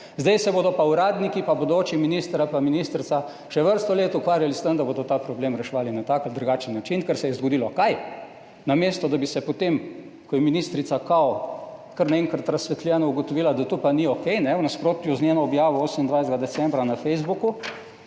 Zdaj se bodo pa uradniki pa bodoči minister ali pa ministrica še vrsto let ukvarjali s tem, da bodo ta problem reševali na tak ali drugačen način. Ker se je zgodilo kaj? Namesto, da bi se potem, ko je ministrica kao kar naenkrat razsvetljeno ugotovila, da to pa ni okej, v nasprotju z njeno objavo 28. decembra na Facebooku.